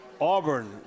Auburn